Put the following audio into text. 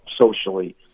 socially